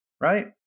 right